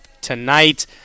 tonight